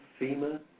FEMA